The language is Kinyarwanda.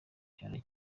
ibihano